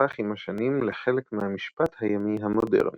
שהפך עם השנים לחלק מהמשפט הימי המודרני.